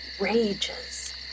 rages